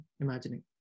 imagining